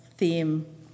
theme